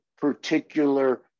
particular